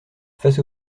face